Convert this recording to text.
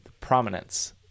prominence